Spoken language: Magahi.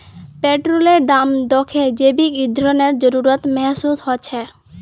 पेट्रोलेर दाम दखे जैविक ईंधनेर जरूरत महसूस ह छेक